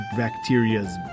bacteria's